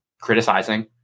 criticizing